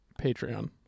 Patreon